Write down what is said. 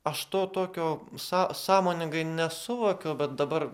aš to tokio sąmoningai nesuvokiau bet dabar